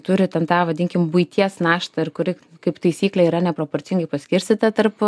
turi ten tą vadinkim buities naštą ir kuri kaip taisyklė yra neproporcingai paskirstyta tarp